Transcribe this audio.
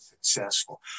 successful